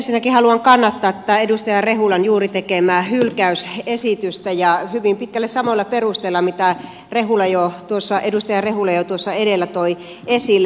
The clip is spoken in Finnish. ensinnäkin haluan kannattaa edustaja rehulan juuri tekemää hylkäysesitystä ja hyvin pitkälle samoilla perusteilla mitä edustaja rehula jo edellä toi esille